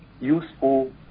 useful